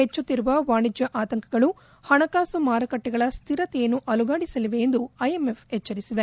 ಹೆಚ್ಚುತ್ತಿರುವ ವಾಣಿಜ್ಞ ಆತಂಕಗಳು ಹಣಕಾಸು ಮಾರುಕಟ್ಟೆಗಳ ಸ್ಥಿರತೆಯನ್ನು ಅಲುಗಾಡಿಸಲಿವೆ ಎಂದು ಐಎಂಎಫ್ ಎಚ್ಲರಿಸಿದೆ